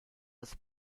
das